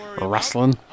wrestling